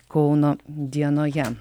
kauno dienoje